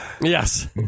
Yes